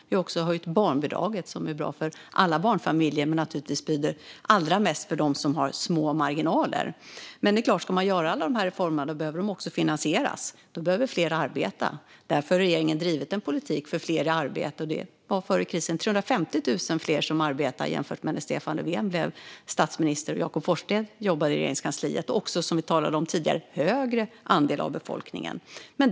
Vi har även höjt barnbidraget, vilket är bra för alla barnfamiljer men naturligtvis betyder allra mest för dem som har små marginaler. Det är klart att om man ska göra alla de här reformerna behöver man också finansiera dem. Då behöver fler arbeta, och därför har regeringen drivit en politik för fler i arbete. Före krisen var det 350 000 fler som arbetade jämfört med när Stefan Löfven blev statsminister och Jakob Forssmed jobbade i Regeringskansliet, och, som vi talade om tidigare, också en högre andel av befolkningen.